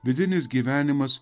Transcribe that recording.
vidinis gyvenimas